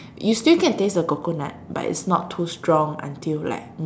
you still can taste the coconut but it's not too strong until like